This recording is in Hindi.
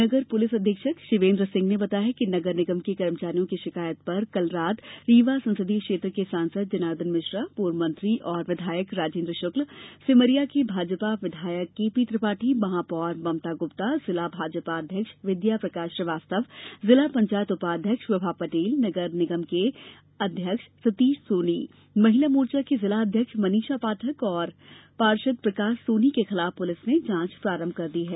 नगर पुलिस अधीक्षक शिवेन्द्र सिंह ने बताया कि नगर निगम के कर्मचारियों की शिकायत पर कल रात रीवा संसदीय क्षेत्र के सांसद जनार्दन मिश्रा पूर्व मंत्री एवं विधायक राजेन्द्र शुक्ला सेमरिया के भाजपा विधायक के पी त्रिपाठी महापौर ममता गुप्ता जिला भाजपा अध्यक्ष विद्याप्रकाश श्रीवास्तव जिला पंचायत उपाध्यक्ष विभा पटेल नगर निगम के अध्यक्ष सतीश सोनी महिला मोर्चा की जिला अध्यक्ष मनीषा पाठक और पार्षद प्रकाश सोनी के खिलाफ पुलिस ने जांच प्रारंभ कर दी है